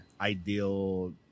ideal